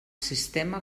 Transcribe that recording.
sistema